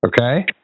Okay